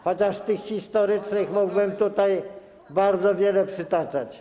Chociaż tych historycznych przykładów mógłbym tutaj bardzo wiele przytaczać.